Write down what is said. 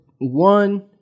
one